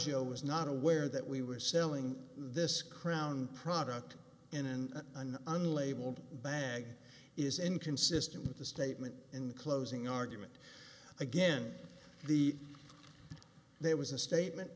know was not aware that we were selling this crown product in an unlabeled bag is inconsistent with the statement in closing argument again the there was a statement